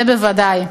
זה בוודאי.